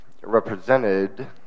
represented